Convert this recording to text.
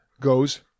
goes